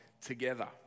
together